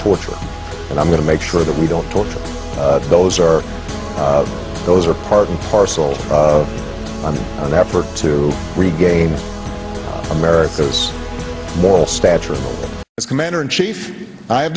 torture and i'm going to make sure that we don't torture those are those are part and parcel of an effort to regain america's moral stature as commander in chief i